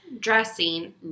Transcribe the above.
Dressing